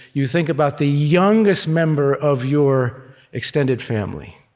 you think about the youngest member of your extended family